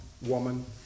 woman